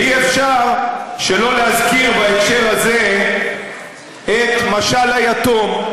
ואי-אפשר שלא להזכיר בהקשר הזה את משל היתום,